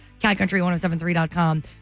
CatCountry1073.com